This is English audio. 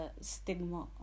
stigma